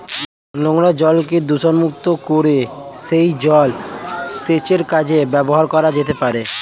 নোংরা জলকে দূষণমুক্ত করে সেই জল সেচের কাজে ব্যবহার করা যেতে পারে